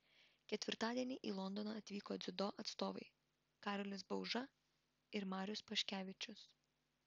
ketvirtadienį į londoną atvyko dziudo atstovai karolis bauža ir marius paškevičius